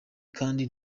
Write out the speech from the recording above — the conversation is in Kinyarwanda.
kandi